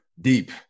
deep